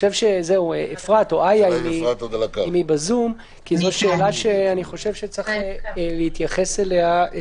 אפרת או איה, אם הן בזום, יכולות להתייחס לשאלה.